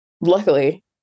luckily